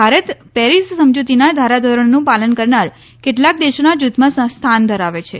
Bharat Paris સમજૂતીના ધારાધોરણીનું પાલન કરનાર કેટલાક દેશોના જૂથમાં સ્થાન ધરાવે છે